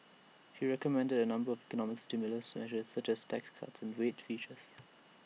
he recommended A number of economic stimulus measures such as tax cuts wage freezes